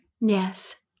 Yes